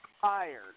tired